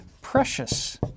precious